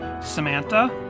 Samantha